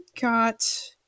got